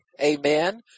Amen